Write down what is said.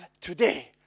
today